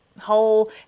whole